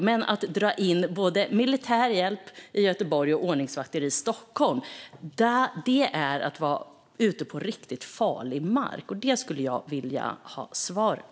Men att föreslå militär hjälp i Göteborg och ordningsvakter i Stockholm är att vara ute på riktigt farlig mark. De frågorna skulle jag vilja ha svar på.